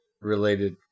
related